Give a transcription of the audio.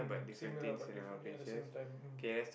mm similar but different ya at the same time mm